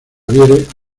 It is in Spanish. vieres